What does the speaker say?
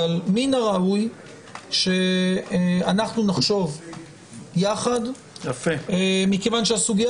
אבל מן הראוי שאנחנו נחשוב יחד מכיוון שהסוגיה